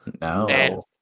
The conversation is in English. no